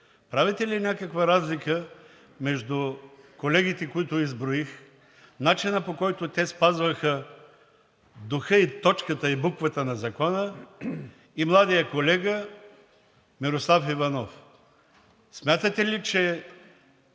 правите ли някаква разлика между колегите, които изброих, начина, по който те спазваха духа, точката и буквата на закона, и младия колега Мирослав Иванов? Смятате ли, че